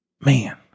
man